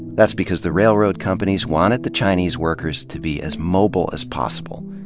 that's because the railroad companies wanted the chinese workers to be as mobile as possible,